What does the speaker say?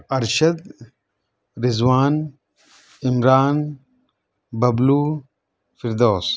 Arshad Rizwan Imran Bablu Firdous